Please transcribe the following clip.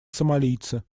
сомалийцы